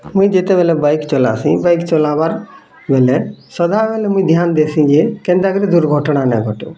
ଆଉ ମୁଇଁ ଯେତେବେଲେ ବାଇକ୍ ଚଲାସି ବାଇକ୍ ଚଲାବାର୍ ବେଲେ ସଦାବେଲେ ମୁଇଁ ଧ୍ୟାନ୍ ଦେସି ଯେ କେନ୍ତା କରି ଦୁର୍ଘଟଣା ନାଇଁ ଘଟୁ